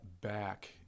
back